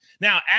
Now